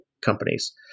companies